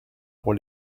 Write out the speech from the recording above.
pour